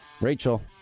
Rachel